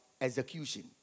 execution